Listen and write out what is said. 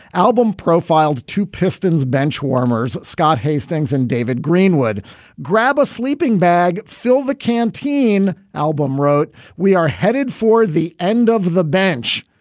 album profiled two pistons benchwarmers scott hastings and david greenwood grab a sleeping bag, fill the canteen album wrote we are headed for the end of the bench.